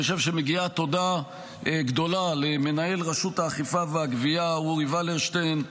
אני חושב שמגיעה תודה גדולה למנהל רשות האכיפה והגבייה אורי ולרשטיין,